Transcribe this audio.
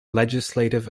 legislative